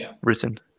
written